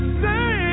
say